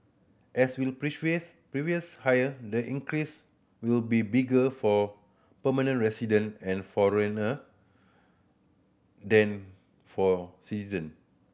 as with previous hire the increase will be bigger for permanent resident and foreigner than for citizen